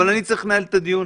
אבל אני צריך לנהל את הדיון.